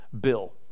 bill